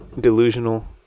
delusional